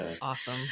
awesome